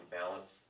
balance